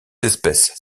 espèces